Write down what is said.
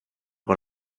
con